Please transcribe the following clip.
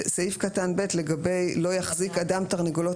סעיף קטן (ב) לגבי "לא יחזיק אדם תרנגולות